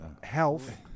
health